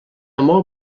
molt